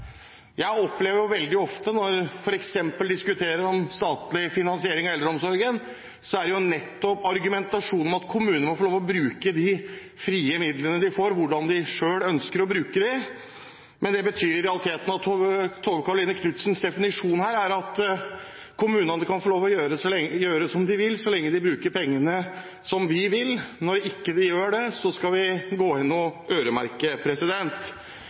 Jeg opplever veldig ofte, f.eks. når vi diskuterer statlig finansiering av eldreomsorgen, at argumentasjonen nettopp er at kommunene må få lov til å bruke de frie midlene de får, slik de selv ønsker å bruke dem. Det betyr i realiteten at Tove Karoline Knutsens definisjon her er at kommunene kan få lov til å gjøre som de vil, så lenge de bruker pengene som vi vil. Når de ikke gjør det, skal vi gå inn og øremerke.